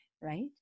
right